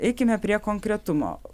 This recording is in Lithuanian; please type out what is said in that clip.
eikime prie konkretumo